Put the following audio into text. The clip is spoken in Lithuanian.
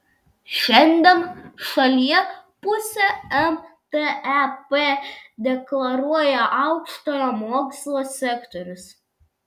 šiandien šalyje pusę mtep deklaruoja aukštojo mokslo sektorius